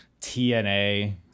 TNA